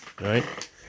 right